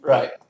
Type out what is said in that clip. Right